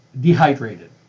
dehydrated